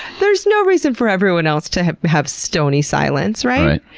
there's no reason for everyone else to have have stony silence, right?